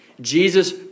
Jesus